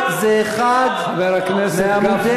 חבר הכנסת גפני, חבר הכנסת גפני.